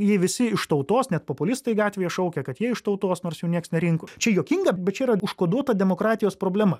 jie visi iš tautos net populistai gatvėje šaukia kad jie iš tautos nors jų niekas nerinko čia juokinga bet čia čia yra užkoduota demokratijos problema